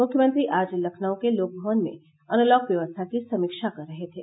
मुख्यमंत्री आज लखनऊ के लोकभवन में अनलॉक व्यवस्था की समीक्षा कर रहे थे